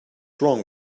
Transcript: wrong